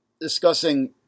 discussing